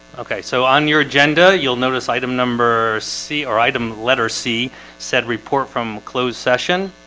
okay so on your agenda, you'll notice item number c or item letter c said report from closed session